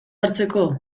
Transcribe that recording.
hartzeko